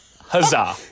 Huzzah